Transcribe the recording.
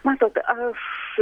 matot aš